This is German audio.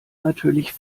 natürlich